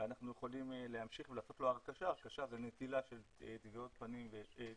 ואנחנו יכולים להמשיך ולעשות לו הרכשה ונטילה של תמונת פנים וטביעות